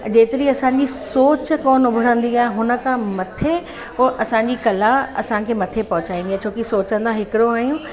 जेतिरी असांजी सोच कोन उघड़ंदी आहे हुन खां मथे हू असांजी कला असांखे मथे पहुचाईंदी आहे छोकि सोचंदा हिकिड़ो आहियूं